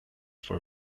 for